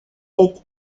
est